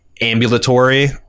ambulatory